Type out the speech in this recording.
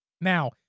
Now